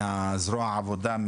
זרוע העבודה,